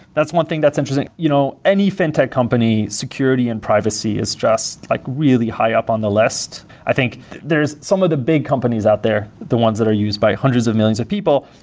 that's one thing that's interesting. you know any fintech company, security and privacy is just like really high up on the list. i think there is some of the big companies out there, the ones that are used by hundreds of millions of people,